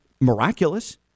miraculous